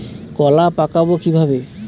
কলা পাকাবো কিভাবে?